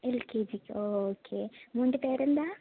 L K ജിക്ക് ഓ okay മകൻ്റെ പേരെന്താ